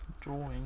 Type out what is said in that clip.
Drawing